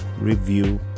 review